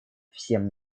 всем